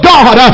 God